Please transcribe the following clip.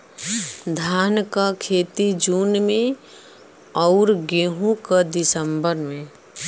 धान क खेती जून में अउर गेहूँ क दिसंबर में?